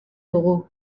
dugu